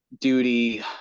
duty